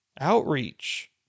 outreach